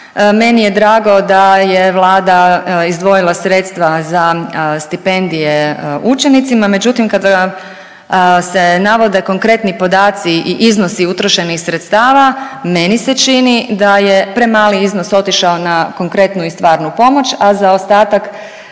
meni je drago da je Vlada izdvojila sredstva za stipendije učenicima. Međutim, kada se navode konkretni podaci i iznosi utvrđenih sredstava, meni se čini da je premali iznos otišao na konkretnu i stvarnu pomoć, a za ostatak,